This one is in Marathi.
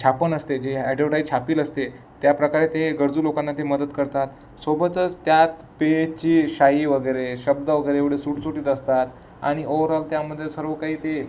छापुन असते जे ॲडवटाईज छापील असते त्याप्रकारे ते गरजू लोकांना ते मदत करतात सोबतच त्यात पेजची शाई वगैरे शब्द वगैरे एवढे सुटसुटीत असतात आणि ओवरऑल त्यामध्ये सर्व काही ते